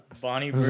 bonnie